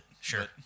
Sure